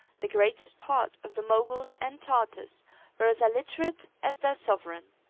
the greatest part of the moguls and tartars were as illiterate as their sovereign.